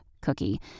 cookie